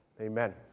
amen